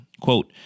Quote